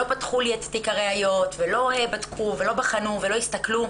שלא פתחו לי את תיק הראיות ולא בדקו ולא בחנו ולא הסתכלו,